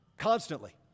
constantly